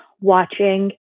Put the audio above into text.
watching